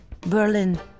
Berlin